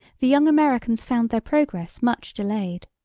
the young americans found their progress much delayed.